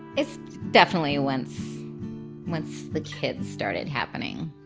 it's definitely once once the kids started happening.